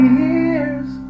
years